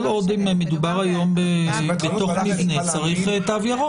כל עוד מדובר היום בתוך מבנה, צריך תו ירוק.